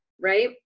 Right